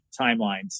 timelines